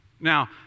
Now